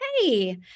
hey